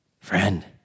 Friend